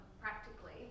practically